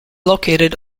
located